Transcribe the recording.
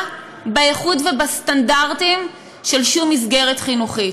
באיכות ובסטנדרטים של שום מסגרת חינוכית,